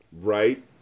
Right